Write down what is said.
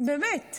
איפה